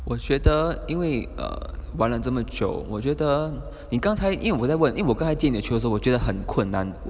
我觉得因为 err 玩了这么久我觉得你刚才因为我在问我我在接你的球的时候我觉得很困难